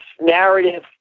narrative